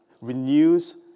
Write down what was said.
renews